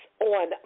on